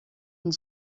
une